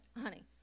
honey